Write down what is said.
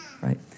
Right